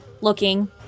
looking